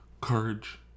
Courage